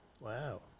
wow